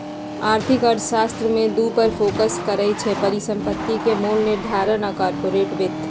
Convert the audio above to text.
आर्थिक अर्थशास्त्र में दू पर फोकस करइ छै, परिसंपत्ति के मोल निर्धारण आऽ कारपोरेट वित्त